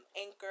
Anchor